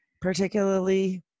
particularly